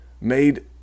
made